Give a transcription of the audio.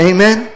Amen